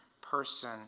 person